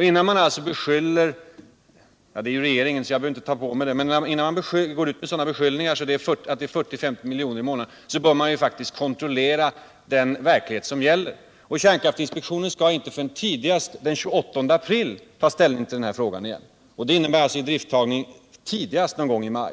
Innan man går ut med så allvarliga beskyllningar mot regeringen som att den skulle slösa bort 40-50 miljoner i månaden bör man faktiskt kolla hur verkligheten ser ut. Kärnkraftinspektionen skall inte förrän tidigast den 29 april ta ställning till denna fråga igen. Det innebär idrifttagning tidigast någon gång i maj.